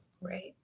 Right